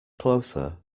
closer